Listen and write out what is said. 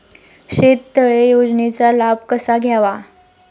शेततळे योजनेचा लाभ कसा घ्यावा?